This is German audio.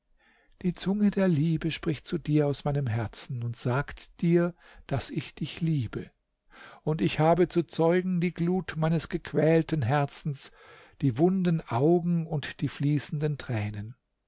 die zunge der liebe spricht zu dir aus meinem herzen und sagt dir daß ich dich liebe und ich habe zu zeugen die glut meines gequälten herzens die wunden augen und die fließenden tränen